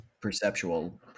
perceptual